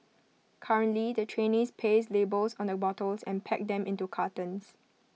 currently the trainees paste labels on the bottles and pack them into cartons